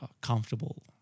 comfortable